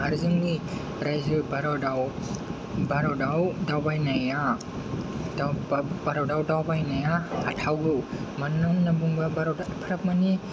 आरो जोंनि रायजो भारतआव दावबायनाया हाथावो मानो होननानै बुङोबा भारता एफाराब माने